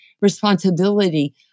responsibility